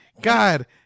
God